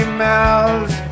mouths